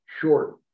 short